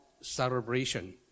celebration